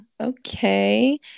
Okay